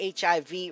HIV